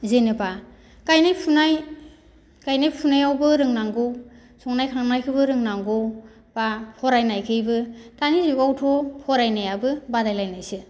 जेनोबा गायनाय फुनाय गायनाय फुनायावबो रोंनांगौ संनाय खावनायखौबो रोंनांगौ एबा फरायनायखैबो दानि जुगावथ' फरायनायाबो बादायलायनायासो